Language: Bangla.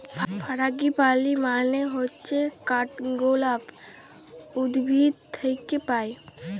ফারাঙ্গিপালি মানে হচ্যে কাঠগলাপ উদ্ভিদ থাক্যে পায়